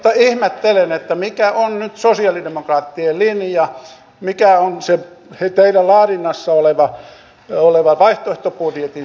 mutta ihmettelen mikä on nyt sosialidemokraattien linja mikä on se teidän laadinnassanne oleva vaihtoehtobudjetin sisältö